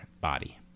body